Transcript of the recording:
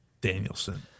Danielson